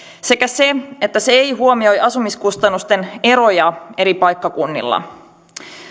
sekä se että se ei huomioi asumiskustannusten eroja eri paikkakunnilla